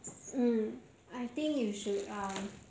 mm I think you should um